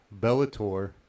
bellator